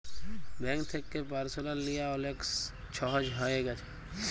bank থ্যাকে personal লিয়া অলেক ছহজ হঁয়ে গ্যাছে